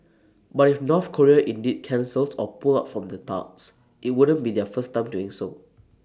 but if North Korea indeed cancels or pull out from the talks IT wouldn't be their first time doing so